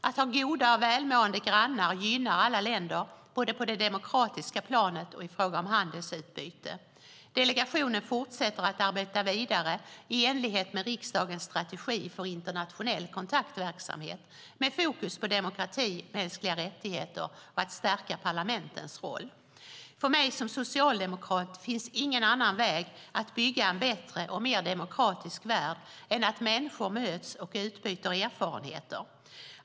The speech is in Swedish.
Att ha goda och välmående grannar gynnar alla länder både på det demokratiska planet och i fråga om handelsutbyte. Delegationen fortsätter att arbeta vidare i enlighet med riksdagens strategi för internationell kontaktverksamhet med fokus på demokrati, mänskliga rättigheter och att stärka parlamentens roll. För mig som socialdemokrat finns ingen annan väg att bygga en bättre och mer demokratisk värld än att människor möts och utbyter erfarenheter.